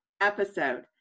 episode